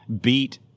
beat